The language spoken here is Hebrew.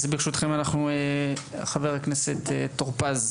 אז ברשותכם, ברוך הבא לשר במשרד החינוך.